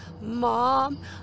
Mom